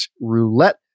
roulette